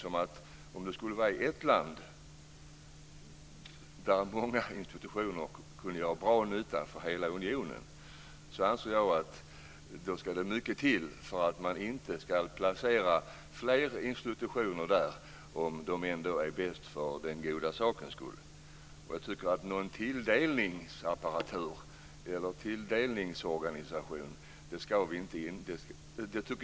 Om många institutioner kan göra bra nytta för hela unionen i ett visst land tycker jag t.o.m. att mycket ska till för att man inte ska placera flera institutioner där om det är bäst för den goda sakens skull. Jag tycker inte att man ska införa någon tilldelningsorganisation.